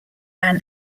ran